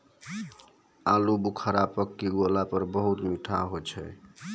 आलू बुखारा पकी गेला पर बहुत मीठा होय छै